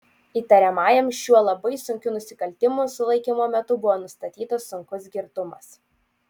įtariamajam šiuo labai sunkiu nusikaltimu sulaikymo metu buvo nustatytas sunkus girtumas